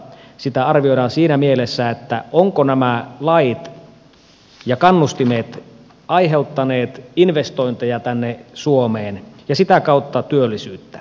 sitä arvioidaan siinä mielessä ovatko nämä lait ja kannustimet aiheuttaneet investointeja tänne suomeen ja sitä kautta työllisyyttä